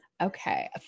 Okay